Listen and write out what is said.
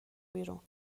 بیرون